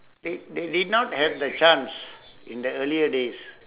they they they did not have the chance in their earlier days